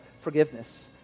forgiveness